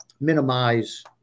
minimize